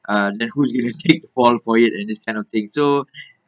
uh then who is going to take all for it and this kind of things so